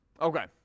Okay